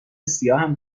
سیاهم